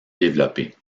développé